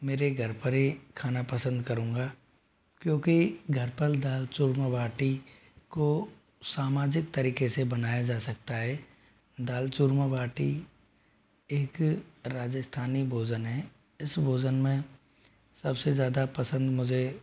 मेरे घर पर ही खाना पसंद करूँगा क्योंकि घर पल दाल चूरमा बाटी को सामाजिक तरीक़े से बनाया जा सकता है दाल चूरमा बाटी एक राजस्थानी भोजन है इस भोजन में सब से ज़्यादा पसंद मुझे